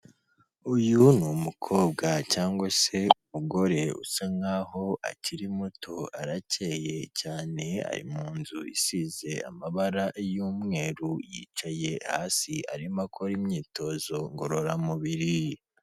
Uyu ni umukobwa cyangwa se umugore usa nk'aho akiri muto ,aracyeye cyane. Ari mu nzu isize amabara y'umweru, yicaye hasi arimo akora imyitozo ngororamubiri.